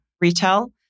retail